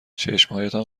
چشمهایتان